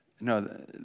no